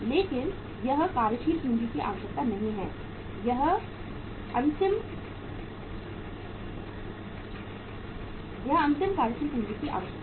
लेकिन यह कार्यशील पूंजी की आवश्यकता नहीं है अंतिम कार्यशील पूंजी की आवश्यकता